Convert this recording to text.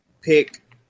Pick